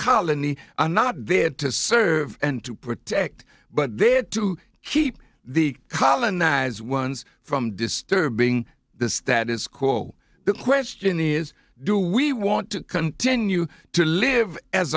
colony are not there to serve and to protect but there to keep the colonize ones from disturbing the status quo the question is do we want to continue to live as